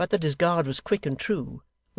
but that his guard was quick and true,